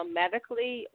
medically